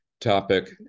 topic